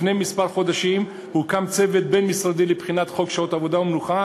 לפני כמה חודשים הוקם צוות בין-משרדי לבחינת חוק שעות עבודה ומנוחה,